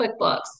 QuickBooks